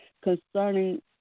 concerning